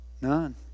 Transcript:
None